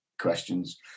questions